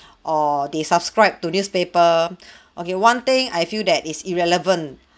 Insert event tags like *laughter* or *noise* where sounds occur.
*breath* or they subscribe to newspaper *breath* okay one thing I feel that is irrelevant